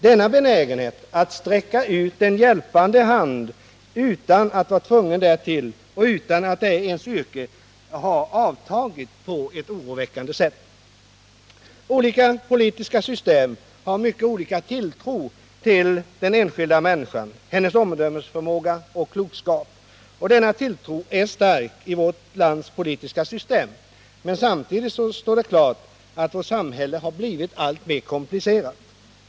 Denna benägenhet att sträcka ut en hjälpande hand utan att vara tvungen därtill och utan att det är ett yrke har avtagit på ett oroväckande sätt. Olika politiska system har mycket olika tilltro till den enskilda människan, hennes omdömesförmåga och klokskap. Denna tilltro är stark i vårt lands politiska system. Samtidigt står det klart att vårt samhälle blivit alltmer komplicerat.